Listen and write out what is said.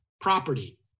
property